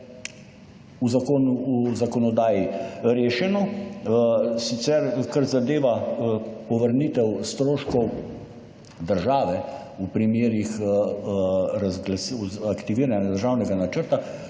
v zakonodaji rešeno, sicer, kar zadeva povrnitev stroškov države v primerih aktiviranega državnega načrta,